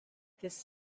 this